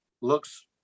looks